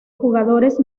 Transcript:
jugadores